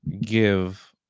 give